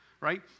right